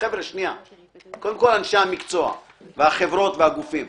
קודם כל אנשי המקצוע והחברות והגופים.